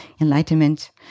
enlightenment